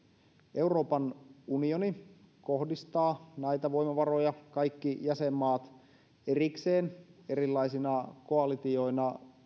euroopan unioni kohdistaa näitä voimavaroja kaikki jäsenmaat erikseen erilaisina koalitioina